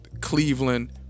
Cleveland